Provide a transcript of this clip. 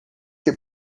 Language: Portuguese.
que